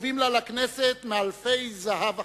טובים לה לכנסת מאלפי זהב וכסף.